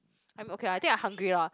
I'm okay I think I hungry lah